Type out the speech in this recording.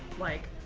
like,